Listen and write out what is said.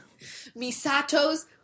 Misato's